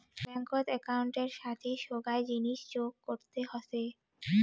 ব্যাঙ্কত একউন্টের সাথি সোগায় জিনিস যোগ করতে হসে